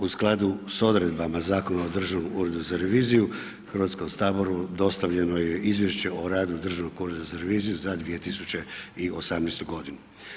U skladu sa odredbama Zakona o Državnom uredu za reviziju Hrvatskom dostavljeno je Izvješće o radu Državnog ureda za reviziju za 2018. godinu.